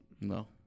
no